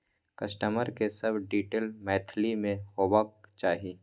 customer के सब detail Maithili में होबाक चाही